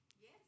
Yes